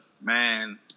man